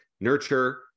nurture